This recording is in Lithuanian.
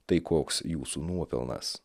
tai koks jūsų nuopelnas